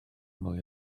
mwy